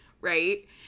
right